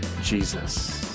Jesus